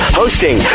hosting